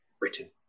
written